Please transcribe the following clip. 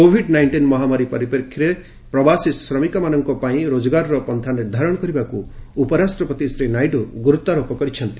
Covid nineteen ମହାମାରୀ ପରିପ୍ରେକ୍ଷୀରେ ପ୍ରବାସୀ ଶ୍ରମିକଙ୍କ ପାଇଁ ରୋଜଗାରର ପନ୍ଥା ନିର୍ଦ୍ଧାରଣ କରିବାକୁ ଉପରାଷ୍ଟ୍ରପତି ଶ୍ରୀ ନାଇଡୁ ଗୁର୍ତ୍ୱାରୋପ କରିଛନ୍ତି